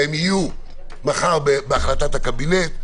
והם יהיו מחר בהחלטת הקבינט,